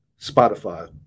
Spotify